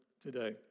today